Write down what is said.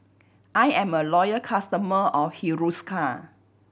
I am a loyal customer of Hiruscar